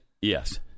yes